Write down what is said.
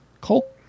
Cole